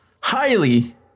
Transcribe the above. highly